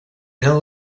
eren